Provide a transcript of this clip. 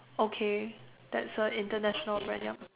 okay that's a international brand yup